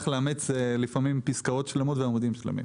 שמח לאמץ מהם פסקאות שלמות ועמודים שלמים.